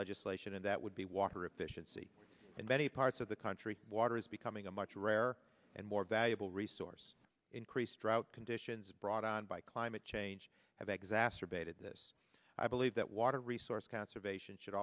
legislation and that would be water efficiency and many parts of the country water is becoming a much rarer and more valuable resource increased drought conditions brought on by climate change have exacerbated this i believe that water resource conservation should